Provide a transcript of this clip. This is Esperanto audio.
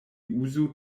uzu